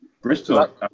Bristol